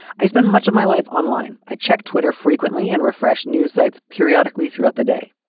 i spend much of my life online. i check twitter frequently and refresh news sites periodically throughout the day.